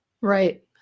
Right